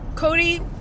Cody